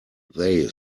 they